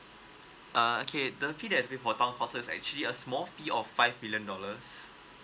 uh okay the fees that before actually a small fee of five billion dollars